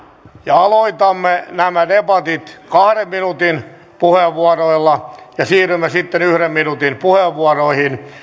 aloitamme nämä debatit kahden minuutin puheenvuoroilla ja siirrymme sitten yhden minuutin puheenvuoroihin